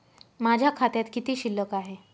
माझ्या खात्यात किती शिल्लक आहे?